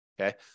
Okay